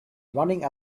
running